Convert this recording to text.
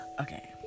Okay